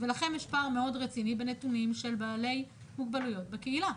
ולכם יש פער מאוד רציני בנתונים של בעלי מוגבלויות בקהילה.